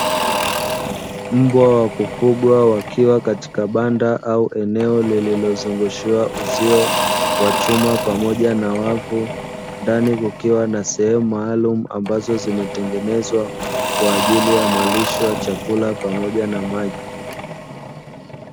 Mbwa wa kufugwa wakiwa katika banda au eneo lililozungushiwa uzio wa chuma pamoja na wavu. Ndani kukiwa na sehemu maalumu ambazo zimetengenezwa kwa ajili ya malisho ya chakula pamoja na maji.